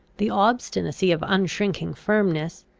the obstinacy of unshrinking firmness,